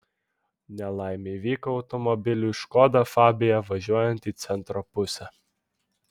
nelaimė įvyko automobiliui škoda fabia važiuojant į centro pusę